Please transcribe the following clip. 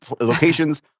locations